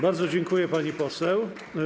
Bardzo dziękuję, pani poseł.